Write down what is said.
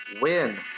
win